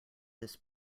this